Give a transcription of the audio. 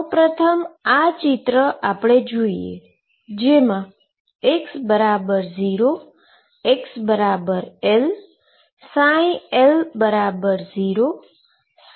સૌપ્રથમ આપણે આ ચિત્ર જોઈએ જેમાં x0 xL ψL0 00 લઈએ